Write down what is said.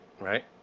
right